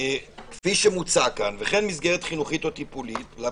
כפי שמוצע כאן וכן מסגרת חינוכית או טיפולית וכו',